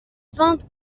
vingt